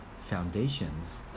foundations